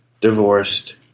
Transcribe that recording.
Divorced